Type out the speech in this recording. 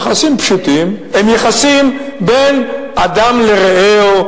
יחסים פשוטים הם יחסים בין אדם לרעהו,